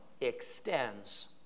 extends